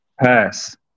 Pass